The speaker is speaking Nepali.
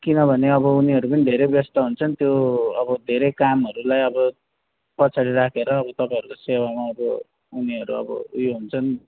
किनभने अब उनीहरू पनि धेरै व्यस्त हुन्छन् त्यो अब धेरै कामहरूलाई अब पछाडि राखेर अब तपाईँहरूको सेवामा अब उनीहरू अब ऊ यो हुन्छन्